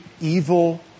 evil